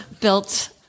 built